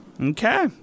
Okay